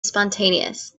spontaneous